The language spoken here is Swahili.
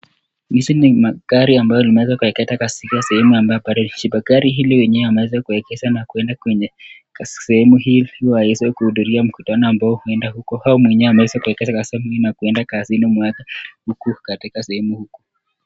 Hizi ni magari ambazo zimeeza kwekwa katika sehemu bale chini, wenye hizi magari wameeza kuegeza na kwenda kwenye sehemu hii, ili waweze kuhuduria mkutano ambao umeenda huko, au mwenyewe ameeza kwegeza katika sehemu hii na kwenda kazini mwake huku katika sehemu huku.